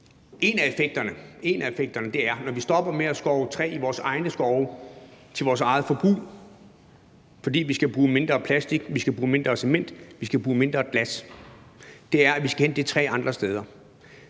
En af effekterne, når vi stopper med at skove træ i vores egne skove til vores eget forbrug, fordi vi skal bruge mindre plastik, vi skal bruge mindre cement og vi skal bruge mindre glas, er, at vi skal hente det træ andre steder.